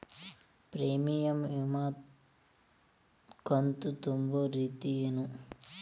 Premium ವಿಮಾ ಕಂತು ತುಂಬೋ ರೇತಿ ಏನು?